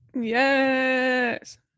Yes